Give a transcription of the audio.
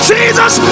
Jesus